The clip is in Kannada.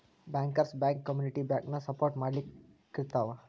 ಬ್ಯಾಂಕರ್ಸ್ ಬ್ಯಾಂಕ ಕಮ್ಯುನಿಟಿ ಬ್ಯಾಂಕನ ಸಪೊರ್ಟ್ ಮಾಡ್ಲಿಕ್ಕಿರ್ತಾವ